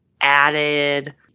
added